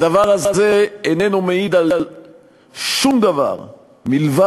הדבר הזה איננו מעיד על שום דבר מלבד